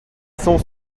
sons